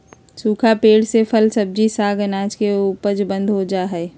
सूखा पेड़ से फल, सब्जी, साग, अनाज के उपज बंद हो जा हई